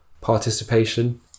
participation